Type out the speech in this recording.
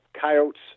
coyotes